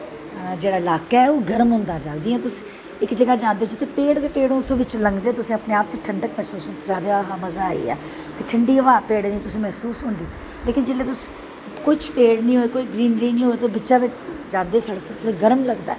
जेह्ड़ा लाह्का ऐ ओह् गर्म होंदा ऐ जियां तुस इक जगाह् जाओ उत्थें पेड़ गै पेड़ उंदै चै लंगदैं तुसें अपनैं आप च ठंडक मैह्सूस होंदी तुस आखदे आहा हा मज़ा आईया ते ठंडी हवा पेड़ें दी तुसेंगी मैह्सूस होंदी लेकिन जिसलै तुस कुश पेड़ नी होए कुश ग्रीनरी नी होए ते बच्चा बच्चा जांदे सड़क च गर्म लगदा ऐ